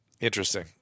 Interesting